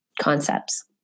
concepts